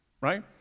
right